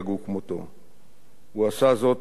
הוא עשה זאת בנחישות שאפיינה אותו,